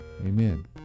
Amen